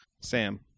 Sam